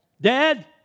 Dad